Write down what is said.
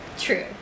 true